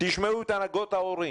תשמעו את הנהגות ההורים